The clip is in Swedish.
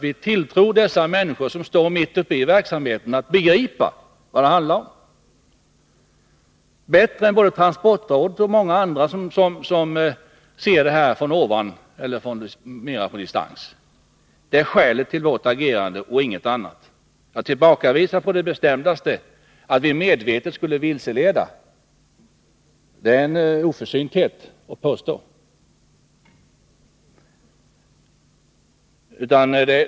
Vi tilltror dessa människor, som står mitt uppe i verksamheten, en förmåga att begripa vad det handlar om bättre än transportrådet och många andra, som ser detta från ovan eller mera på distans. Det är skälet till vårt agerande och inget annat. Jag tillbakavisar på det bestämdaste påståendet att vi medvetet skulle vilseleda. Det är en oförsynthet att säga något sådant.